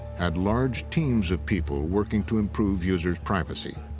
had large teams of people working to improve users' privacy.